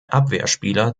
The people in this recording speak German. abwehrspieler